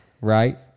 right